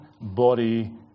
body